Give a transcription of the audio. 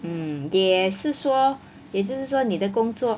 mm 也是说也就是说你的工作